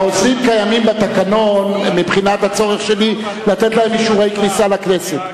העוזרים קיימים בתקנון מבחינת הצורך שלי לתת להם אישורי כניסה לכנסת.